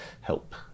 help